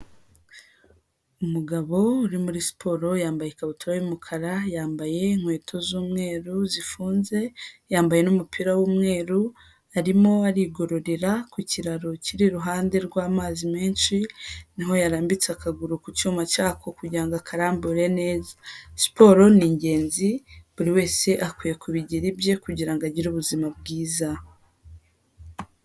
Umugabo uri muri siporo, yambaye ikabutura y'umukara, yambaye inkweto z'umweru zifunze, yambaye n'umupira w'umweru, arimo arigororera ku kiraro kiri iruhande rw'amazi menshi niho yarambitse akaguru ku cyuma cyako kugira ngo akarambure neza, siporo ni ingenzi, buri wese akwiye kubigira ibye kugira ngo agire ubuzima bwiza.